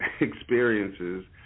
experiences